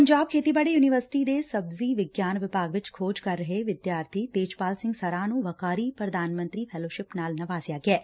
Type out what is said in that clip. ਪੰਜਾਬ ਖੇਤੀਬਾੜੀ ਯੁਨੀਵਰਸਿਟੀ ਦੇ ਸਬਜ਼ੀ ਵਿਗਿਆਨ ਵਿਭਾਗ ਵਿੱਚ ਖੋਜ ਕਰ ਰਹੇ ਵਿਦਿਆਰਥੀ ਤੇਜਪਾਲ ਸਿੰਘ ਸਰਾ ਨੁੰ ਵੱਕਾਰੀ ਪ੍ਰਧਾਨ ਮੰਤਰੀ ਫੈਲੋਸ਼ਿਪ ਨਾਲ ਨਿਵਾਜ਼ਿਆ ਗਿਐ